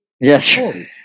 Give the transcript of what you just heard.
Yes